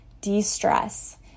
de-stress